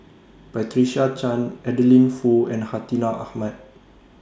Patricia Chan Adeline Foo and Hartinah Ahmad